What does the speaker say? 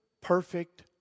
perfect